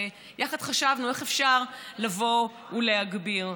ויחד חשבנו איך אפשר לבוא ולהגביר.